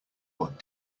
what